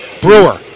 Brewer